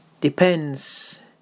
depends